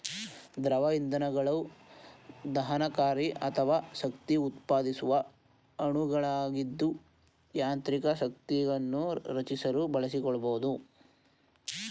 ದ್ರವ ಇಂಧನಗಳು ದಹನಕಾರಿ ಅಥವಾ ಶಕ್ತಿಉತ್ಪಾದಿಸುವ ಅಣುಗಳಾಗಿದ್ದು ಯಾಂತ್ರಿಕ ಶಕ್ತಿಯನ್ನು ರಚಿಸಲು ಬಳಸಿಕೊಳ್ಬೋದು